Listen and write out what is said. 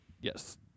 Yes